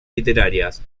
literarias